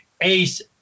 ace